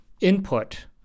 input